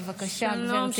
בבקשה, גברתי.